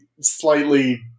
slightly